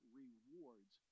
rewards